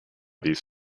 these